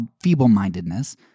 feeble-mindedness